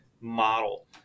model